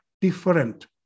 different